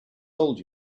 told